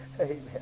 Amen